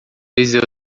vezes